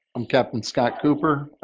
i'm captain scott cooper.